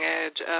edge